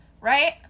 right